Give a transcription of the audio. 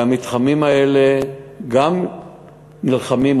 והמתחמים האלה גם נלחמים.